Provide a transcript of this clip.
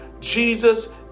Jesus